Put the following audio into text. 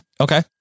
Okay